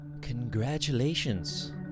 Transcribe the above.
Congratulations